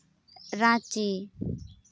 Ranchi